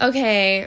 Okay